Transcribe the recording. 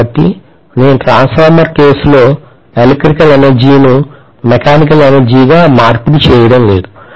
కాబట్టి నేను ట్రాన్స్ఫార్మర్ కేసులో ఎలక్ట్రికల్ ఎనర్జీ ను మెకానికల్ ఎనర్జీగా మార్పిడి చేయడం లేదు